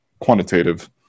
quantitative